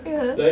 (uh huh)